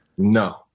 No